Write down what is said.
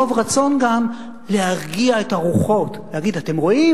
מרוב רצון גם להרגיע את הרוחות, להגיד: אתם רואים?